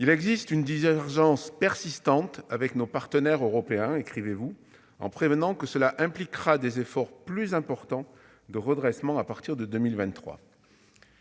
Il existe « une divergence persistante avec nos partenaires européens », écrit la Cour des comptes, en prévenant que « cela impliquera des efforts plus importants de redressement à partir de 2023